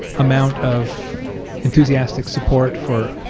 amount of enthusiastic support for